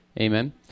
Amen